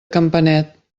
campanet